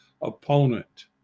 opponent